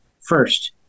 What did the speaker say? first